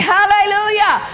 Hallelujah